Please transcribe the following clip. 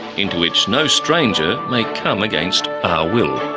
into which no stranger may come against our will.